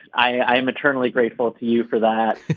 i am eternally grateful to you for that.